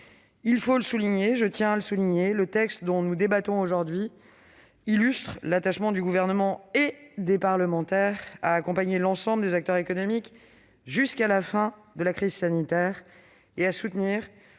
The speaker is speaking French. rectificative pour 2021. Je tiens à le souligner, le texte dont nous débattons aujourd'hui illustre l'attachement du Gouvernement et des parlementaires à accompagner l'ensemble des acteurs économiques jusqu'à la fin de la crise sanitaire et à soutenir